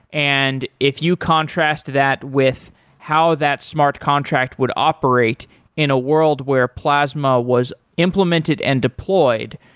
and if you contrast that with how that smart contract would operate in a world where plasma was implemented and deployed,